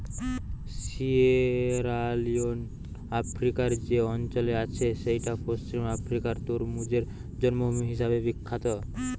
Sierra Leone আফ্রিকার যে অঞ্চলে আছে সেইটা পশ্চিম আফ্রিকার তরমুজের জন্মভূমি হিসাবে বিখ্যাত